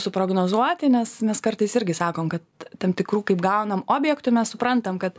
suprognozuoti nes mes kartais irgi sakom kad tam tikrų kaip gaunam objektų mes suprantam kad